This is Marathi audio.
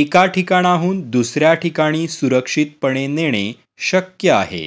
एका ठिकाणाहून दुसऱ्या ठिकाणी सुरक्षितपणे नेणे शक्य आहे